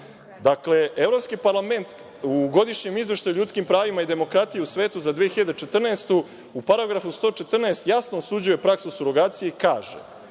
Dakle, Evropski parlament u Godišnjem izveštaju o ljudskim pravima i demokratiji u svetu za 2014. godinu, u paragrafu 114, jasno osuđuje praksu surogacije i kaže: